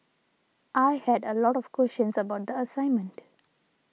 I had a lot of questions about the assignment